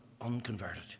unconverted